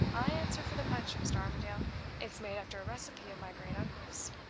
i answer for the punch, mr. armadale it's made after a recipe of my great-uncle's.